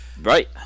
Right